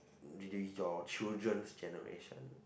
your children's generation